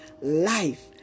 life